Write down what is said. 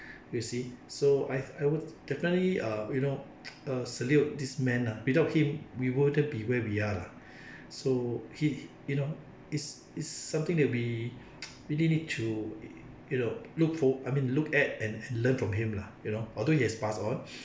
you see so I I would definitely uh you know uh salute this man ah without him we wouldn't be where we are lah so he you know it's it's something that we really need to you know look for I mean look at and learn from him lah you know although he has passed on